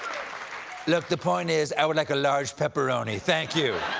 look, the point is, i would like a large pepperoni. thank you.